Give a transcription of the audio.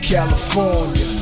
California